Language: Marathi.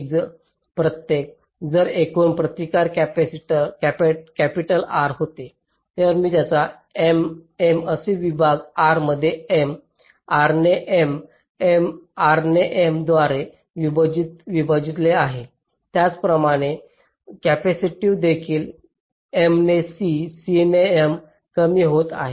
जर एकूण प्रतिकार कॅपिटल R होते तर मी त्यांना M M असे विभाग R मध्ये M R ने M R ने M द्वारे विभागले आहे त्याचप्रमाणे कॅपेसिटी देखील M ने C C ने M कमी होत आहे